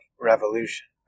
revolution